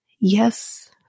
yes